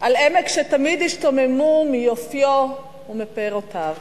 על עמק שתמיד השתוממו מיופיו ומפירותיו,